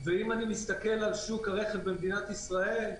ואם אני מסתכל על שוק הרכב במדינת ישראל,